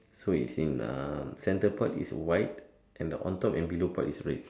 so it in uh center part is white and the on top and bellow part is red